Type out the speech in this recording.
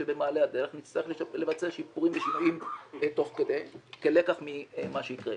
שבמעלה הדרך נצטרך לבצע שיפורים תוך כדי כלקח ממה שיקרה.